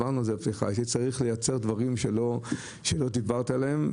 הייתי צריך לייצר דברים שלא דיברת עליהם.